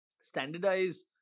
standardize